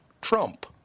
Trump